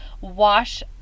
Wash